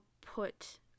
put